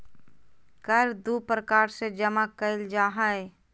कर दू प्रकार से जमा कइल जा हइ